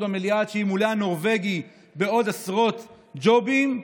במליאה עד שימולא הנורבגי בעוד עשרות ג'ובים.